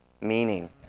meaning